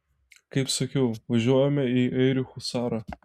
kaip sakiau važiuojame į airių husarą